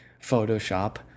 photoshop